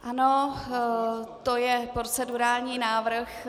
Ano, to je procedurální návrh.